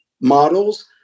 models